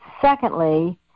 Secondly